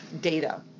data